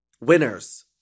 Winners